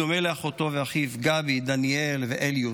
בדומה לאחותו ולאחיו, גבי, דניאל ואליוט.